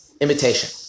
Imitation